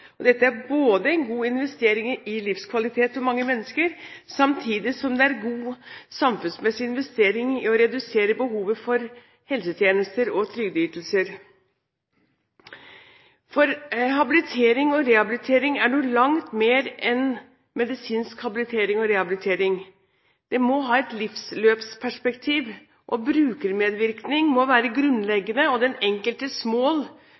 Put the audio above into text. Dette er en god investering i livskvalitet for mange mennesker, samtidig som det er en god samfunnsmessig investering å redusere behovet for helsetjenester og trygdeytelser. For habilitering og rehabilitering er noe langt mer enn medisinsk habilitering og rehabilitering. Vi må ha et livsløpsperspektiv. Brukermedvirkning må være grunnleggende, og den enkeltes mål